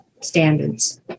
standards